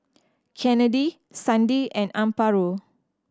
Kennedi Sandi and Amparo